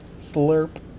Slurp